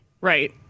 Right